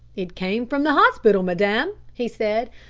it came from the hospital, madame, he said.